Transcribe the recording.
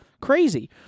crazy